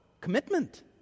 commitment